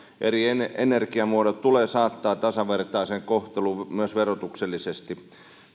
eri energiamuodot tulee saattaa tasavertaiseen kohteluun myös verotuksellisesti